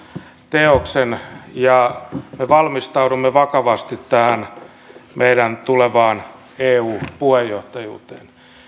teoksen ja me valmistaudumme vakavasti tähän meidän tulevaan eu puheenjohtajuuteen